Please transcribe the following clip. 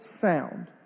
sound